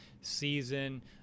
season